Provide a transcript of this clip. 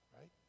right